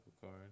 card